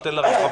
נותן לה רכבים,